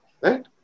Right